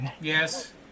yes